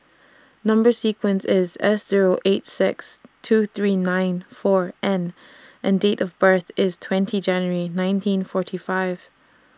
Number sequence IS S Zero eight six two three nine four N and Date of birth IS twenty January nineteen forty five